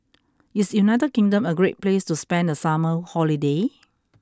is United Kingdom a great place to spend the summer holiday